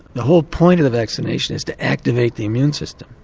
the whole point of the vaccination is to activate the immune system.